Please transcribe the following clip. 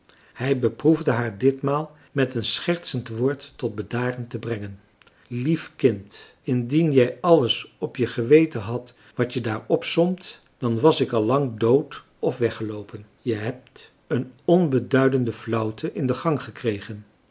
hij beproefde haar ditmaal met een schertsend woord tot bedaren te brengen lief kind indien jij alles op je geweten hadt wat je daar opsomt dan was ik al lang dood of weggeloopen je hebt een onbeduidende flauwte in den gang gekregen